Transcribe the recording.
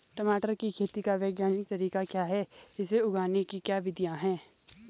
टमाटर की खेती का वैज्ञानिक तरीका क्या है इसे उगाने की क्या विधियाँ हैं?